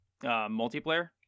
multiplayer